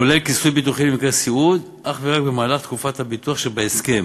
הכולל כיסוי ביטוחי למקרה סיעוד אך ורק בתקופת הביטוח שבהסכם,